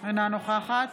אינה נוכחת